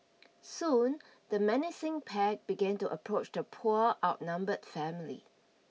soon the menacing pack began to approach the poor outnumbered family